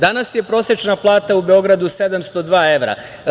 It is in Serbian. Danas je prosečna plata u Beogradu 702 evra.